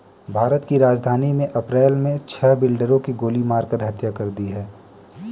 भारत की राजधानी में अप्रैल मे छह बिल्डरों की गोली मारकर हत्या कर दी है